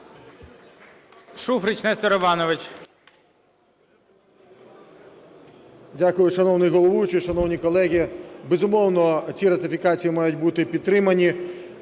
Шуфрич Нестор Іванович.